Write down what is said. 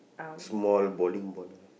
small bowling ball there